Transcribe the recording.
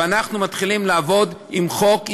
ואנחנו מתחילים לעבוד עם חוק ישראלי.